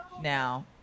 Now